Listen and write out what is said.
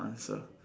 answer